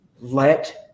let